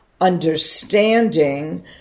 understanding